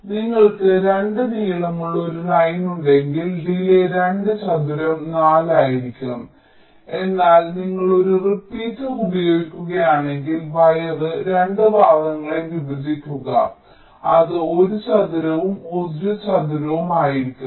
അതിനാൽ നിങ്ങൾക്ക് 2 നീളമുള്ള ഒരു ലൈൻ ഉണ്ടെങ്കിൽ ഡിലേയ്യ് 2 ചതുരം 4 ആയിരിക്കും എന്നാൽ നിങ്ങൾ ഒരു റിപ്പീറ്റർ ഉപയോഗിക്കുകയാണെങ്കിൽ വയർ 2 ഭാഗങ്ങളായി വിഭജിക്കുക അത് 1 ചതുരവും 1 ചതുരവും ആയിരിക്കും